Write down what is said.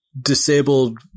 disabled